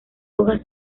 hojas